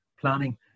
planning